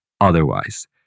otherwise